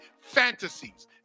fantasies